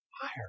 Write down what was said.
Higher